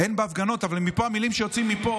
אין בהפגנות, אבל המילים שיוצאות מפה